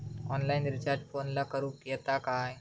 Online recharge फोनला करूक येता काय?